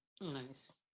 nice